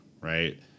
right